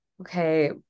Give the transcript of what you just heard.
okay